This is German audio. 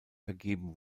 vergeben